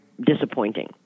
disappointing